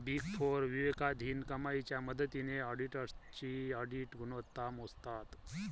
big four विवेकाधीन कमाईच्या मदतीने ऑडिटर्सची ऑडिट गुणवत्ता मोजतात